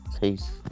peace